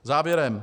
Závěrem.